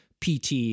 PT